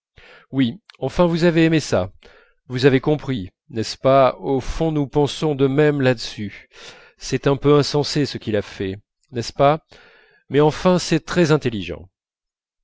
oui enfin vous avez aimé ça vous avez compris n'est-ce pas au fond nous pensons de même là-dessus c'est un peu insensé ce qu'il a fait n'est-ce pas mais enfin c'est très intelligent